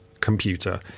computer